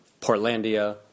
Portlandia